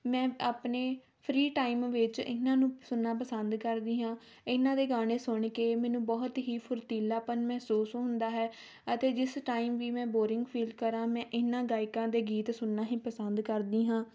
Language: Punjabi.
ਮੈਂ ਆਪਣੇ ਫਰੀ ਟਾਈਮ ਵਿੱਚ ਇਹਨਾਂ ਨੂੰ ਸੁਣਨਾ ਪਸੰਦ ਕਰਦੀ ਹਾਂ ਇਹਨਾਂ ਦੇ ਗਾਣੇ ਸੁਣ ਕੇ ਮੈਨੂੰ ਬਹੁਤ ਹੀ ਫੁਰਤੀਲਾਪਨ ਮਹਿਸੂਸ ਹੁੰਦਾ ਹੈ ਅਤੇ ਜਿਸ ਟਾਈਮ ਵੀ ਮੈਂ ਬੋਰਿੰਗ ਫੀਲ ਕਰਾਂ ਮੈਂ ਇਹਨਾਂ ਗਾਇਕਾਂ ਦੇ ਗੀਤ ਸੁਣਨਾ ਹੀ ਪਸੰਦ ਕਰਦੀ ਹਾਂ